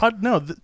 No